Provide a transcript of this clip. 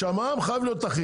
שהמע"מ חייב להיות אחיד,